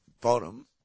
bottom